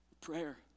Prayer